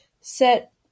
set